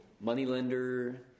moneylender